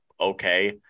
okay